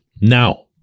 now